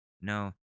No